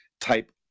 type